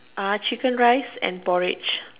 ah chicken rice and porridge